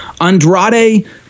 Andrade